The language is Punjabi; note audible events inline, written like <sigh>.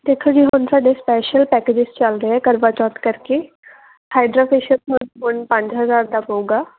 ਦੇਖੋ ਜੀ ਹੁਣ ਸਾਡੇ ਸਪੈਸ਼ਲ ਪੈਕੇਜਿਜ ਚੱਲਦੇ ਆ ਕਰਵਾ ਚੌਥ ਕਰਕੇ ਹਾਈਡਰਾਫੇਸ਼ੀਅਲ <unintelligible> ਪੰਜ ਹਜ਼ਾਰ ਦਾ ਪਊਗਾ